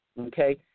okay